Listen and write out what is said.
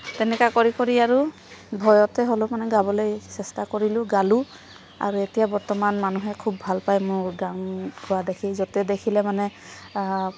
তেনেকুৱা কৰি কৰি আৰু ভয়তে হ'লেও মানে গাবলৈ চেষ্টা কৰিলোঁ গালোঁ আৰু এতিয়া বৰ্তমান মানুহে খুব ভাল পায় মোৰ গান গোৱা দেখি য'তে দেখিলে মানে